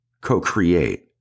co-create